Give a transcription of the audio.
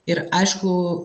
ir aišku